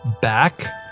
back